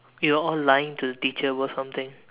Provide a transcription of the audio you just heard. we are all lying to the teacher about something